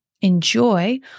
enjoy